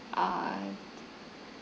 err